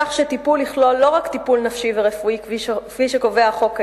כך שטיפול יכלול לא רק טיפול נפשי ורפואי כפי שקובע החוק כיום,